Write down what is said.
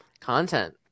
content